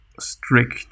strict